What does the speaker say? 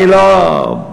אני לא,